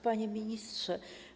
Panie Ministrze!